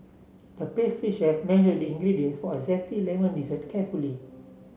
the pastry chef measure the ingredients for a zesty lemon dessert carefully